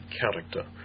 character